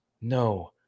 No